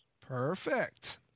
Perfect